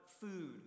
food